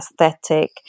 aesthetic